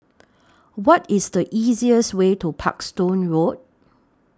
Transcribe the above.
What IS The easiest Way to Parkstone Road